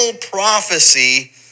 prophecy